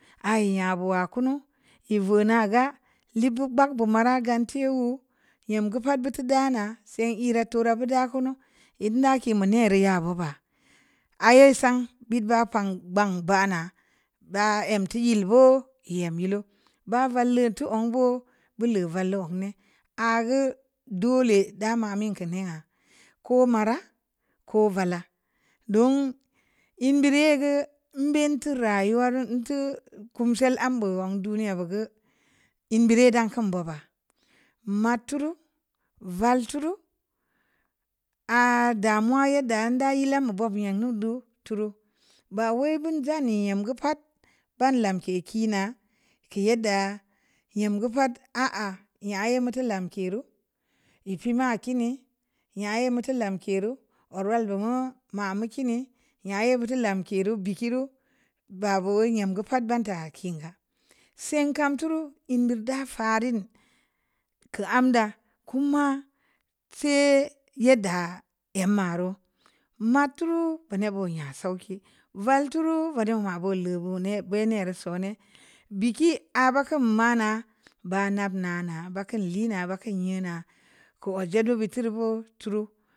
Aah ii nyaa beuwaa kunu, ii veu naa gaa, liib beu gbag beu maraa, gante wuu, seng iiraa, tooraa, nda kiin neh rii ya bobya, aah ye sang, bit paa kpank pah naa, baa em teu yil boo, ii nyem yilu, baa vall leun teu zong boo, ii leu zong neh, aah geu dole da mamin keu neyha, koo mara, ko vala, don, in beurii ye geu, nteu rayuwa ruu, nteu kumsel ambe zong duniya geu. in beureu ye dan keun boba, nmad tuu ruu, val tuu ruu, aah damuwa ambe ya nda yil ambe, bob yam ning deu tuu ruu, baa wai beun jan ya yam geu pat, ban lamke kiinaa, keu yedda, yam geu pat, aah nyaye, meu teu lamke ruu, ii pii maa kinii, nyaye meu teu lamke ruu, odwal be meu mameu kini, nya ye beu teu lamke ruu, biki ruu, ba beu wai nyam geu pat ba taa kiin gaa, seng kam tuu ruu, in beud da farin, keu am da, kuma. sai. yadda. emma ruu. mat tuu ruu vaneb oo nyaa sauki, val tuu ru vaneb oo ma leu boo beh neh rii sone, biki aah baa keun maa naa, baa nab nana, baa keun liinaa, baa keun nyeunaa, keu odjed beu beud teureu boo tuu ruu.